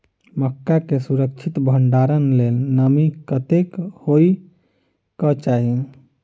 मक्का केँ सुरक्षित भण्डारण लेल नमी कतेक होइ कऽ चाहि?